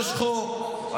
יש חוק,